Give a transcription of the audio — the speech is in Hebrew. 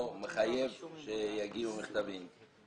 מחייב שמכתבים יגיעו אחרי 45 ימים.